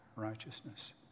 righteousness